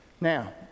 Now